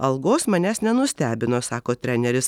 algos manęs nenustebino sako treneris